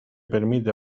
permite